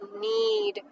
need